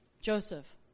Joseph